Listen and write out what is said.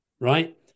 right